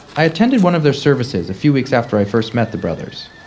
i attended one of their services a few weeks after i first met the brothers.